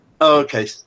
Okay